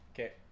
Okay